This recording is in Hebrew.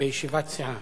בישיבת סיעה.